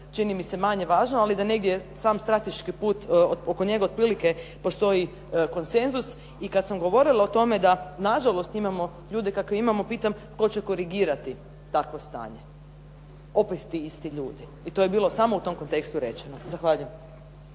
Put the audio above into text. čini mi se manje važno ali da negdje sam strateški put oko njega otprilike postoji konsenzus. I kad sam govorila o tome da nažalost imamo ljude kakve imamo pitam tko će korigirati takvo stanje. Opet ti isti ljudi i to je bilo samo u tom kontekstu rečeno. Zahvaljujem.